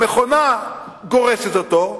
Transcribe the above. המכונה גורסת אותו,